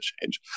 change